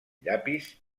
llapis